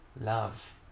Love